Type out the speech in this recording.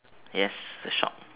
yes the shop